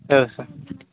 औ सार